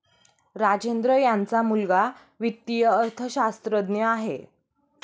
राजेंद्र यांचा मुलगा वित्तीय अर्थशास्त्रज्ञ आहे